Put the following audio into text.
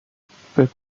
فکر